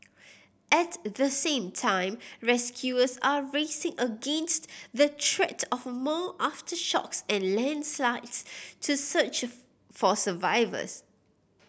at the same time rescuers are racing against the threat of more aftershocks and landslides to search for survivors